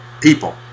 people